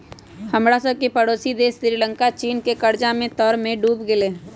हमरा सभके पड़ोसी देश श्रीलंका चीन के कर्जा के तरमें डूब गेल हइ